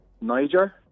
Niger